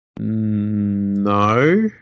No